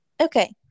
Okay